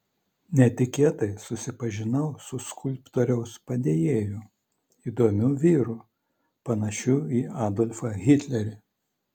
netikėtai susipažinau su skulptoriaus padėjėju įdomiu vyru panašiu į adolfą hitlerį